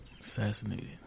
Assassinated